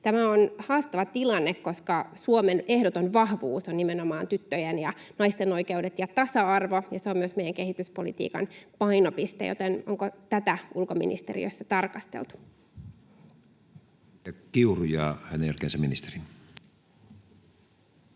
Tämä on haastava tilanne, koska Suomen ehdoton vahvuus on nimenomaan tyttöjen ja naisten oikeudet ja tasa-arvo, ja se on myös meidän kehityspolitiikan painopiste, joten onko tätä ulkoministeriössä tarkasteltu? [Speech 161] Speaker: Matti